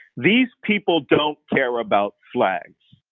these people don't care about flags.